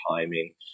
timing